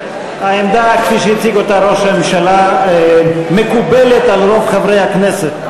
העמדה כפי שהציג אותה ראש הממשלה מקובלת על רוב חברי הכנסת.